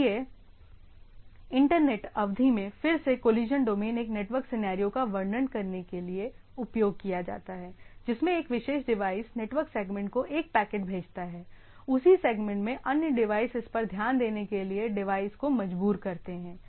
इसलिए इंटरनेट अवधि में फिर से कोलिशन डोमेन एक नेटवर्क सिनेरियो का वर्णन करने के लिए उपयोग किया जाता है जिसमें एक विशेष डिवाइस नेटवर्क सेगमेंट को एक पैकेट भेजता है उसी सेगमेंट में अन्य डिवाइस इस पर ध्यान देने के लिए डिवाइस को मजबूर करते है